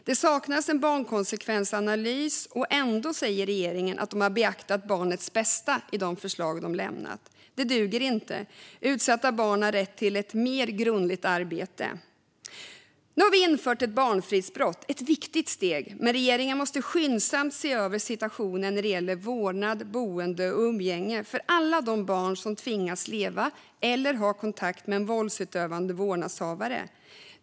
Det saknas en barnkonsekvensanalys, och ändå säger regeringen att man har beaktat barnets bästa i de förslag man lämnat. Det duger inte. Utsatta barn har rätt till ett mer grundligt arbete. Nu har vi infört ett barnfridsbrott. Det är ett viktigt steg, men regeringen måste skyndsamt ser över situationen när det gäller vårdnad, boende och umgänge för alla de barn som tvingas leva eller ha kontakt med en våldsutövande vårdnadshavare.